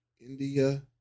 India